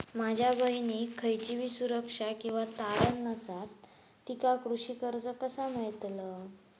माझ्या बहिणीक खयचीबी सुरक्षा किंवा तारण नसा तिका कृषी कर्ज कसा मेळतल?